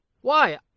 Why